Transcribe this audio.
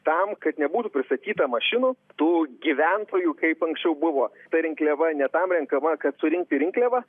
tam kad nebūtų pristatyta mašinų tų gyventojų kaip anksčiau buvo ta rinkliava ne tam renkama kad surinkti rinkliavą